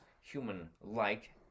human-like